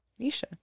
Nisha